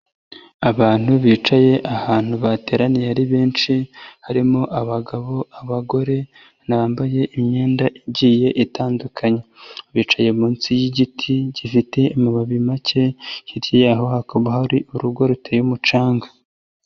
Abantu bicaye ahantu bateraniye ari benshi, harimo abagabo, abagore, bambaye imyenda igiye itandukanye. Bicaye munsi y'igiti gifite amababi make, hirya yaho hakaba hari urugo ruteye umucanga.